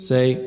Say